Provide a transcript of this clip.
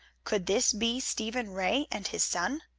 could this be stephen ray and his son?